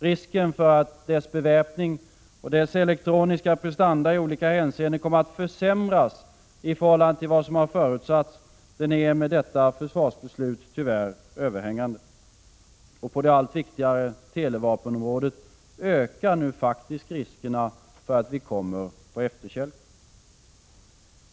Risken för att JAS-flygplanets beväpning och elektroniska prestanda i olika hänseenden kommer att försämras i förhållande till vad som förutsatts är tyvärr, med detta försvarsbeslut, överhängande. På det allt viktigare televapenområdet ökar nu riskerna för att vi kommer på efterkälken.